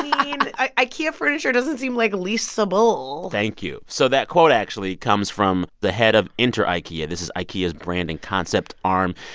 i mean, ikea furniture doesn't seem, like, leasable thank you. so that quote actually comes from the head of inter ikea. this is ikea's branding concept arm.